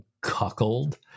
cuckold